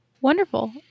Wonderful